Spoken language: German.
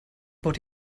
baut